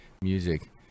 music